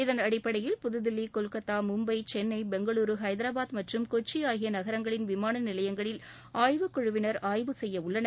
இதன் அடிப்படையில் புதுதில்லி கொல்கத்தா மும்பை சென்னை பெங்களூரு ஐதரபாத் மற்றும் கொச்சி ஆகிய நகரங்களின் விமான நிலையங்களில் ஆய்வுகுழுவினர் ஆய்வு செய்ய உள்ளனர்